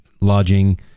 lodging